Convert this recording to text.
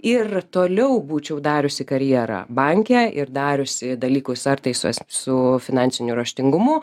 ir toliau būčiau dariusi karjerą banke ir dariusi dalykus ar tai su su finansiniu raštingumu